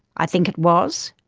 i think it was,